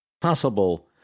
possible